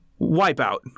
Wipeout